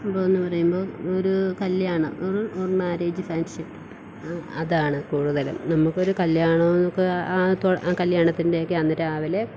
സംഭവമെന്നു പറയുമ്പോൾ ഒരു കല്യാണം ഒരു മേരേജ് ഫങ്ക്ഷൻ അതാണ് കൂടുതലും നമുക്കൊരു കല്യാണമെന്നൊക്കെ ആ കല്യാണത്തിൻ്റെയൊക്കെ അന്ന് രാവിലെ